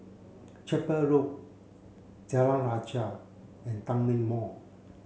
Chapel Road Jalan Rajah and Tanglin Mall